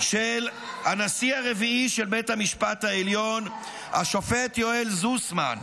של הנשיא הרביעי של בית המשפט העליון השופט יואל זוסמן.